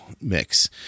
mix